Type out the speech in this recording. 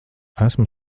esmu